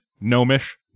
Gnomish